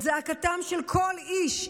את זעקתם של כל איש,